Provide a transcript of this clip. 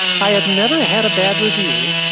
i had never had a bad review,